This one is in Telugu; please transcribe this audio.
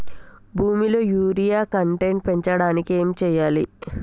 భూమిలో యూరియా కంటెంట్ పెంచడానికి ఏం చేయాలి?